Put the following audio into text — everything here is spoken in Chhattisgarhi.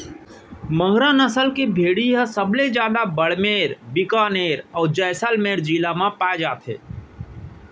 मगरा नसल के भेड़ी ह सबले जादा बाड़मेर, बिकानेर, अउ जैसलमेर जिला म पाए जाथे